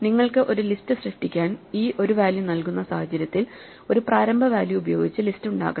നിങ്ങൾക്ക് ഒരു ലിസ്റ്റ് സൃഷ്ടിക്കാൻ ഒരു വാല്യൂ നൽകുന്ന സാഹചര്യത്തിൽ ഒരു പ്രാരംഭ വാല്യൂ ഉപയോഗിച്ച് ലിസ്റ്റ് ഉണ്ടാക്കണം